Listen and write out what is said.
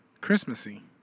Christmassy